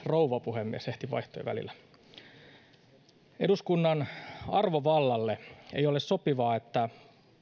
rouva puhemies eduskunnan arvovallalle ei ole sopivaa että